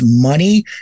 money